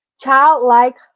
Childlike